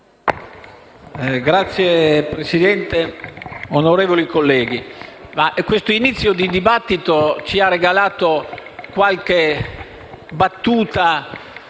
Signora Presidente, onorevoli colleghi, questo inizio di dibattito ci ha regalato qualche battuta